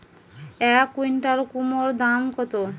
এক কুইন্টাল কুমোড় দাম কত?